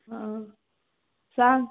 सांग